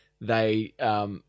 they-